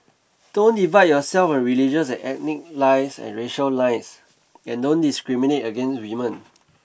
don't divide yourself on religious and ethnic lines and racial lines and don't discriminate against women